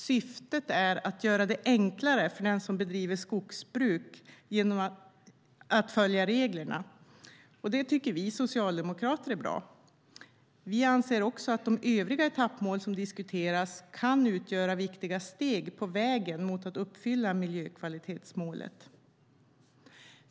Syftet är att göra det enklare för den som bedriver skogsbruk att följa reglerna. Det tycker vi socialdemokrater är bra. Vi anser också att de övriga etappmål som diskuteras kan utgöra viktiga steg på vägen mot att uppfylla miljökvalitetsmålet.